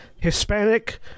Hispanic